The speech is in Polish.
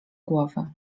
głowy